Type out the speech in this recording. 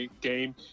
game